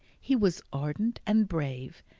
he was ardent and brave,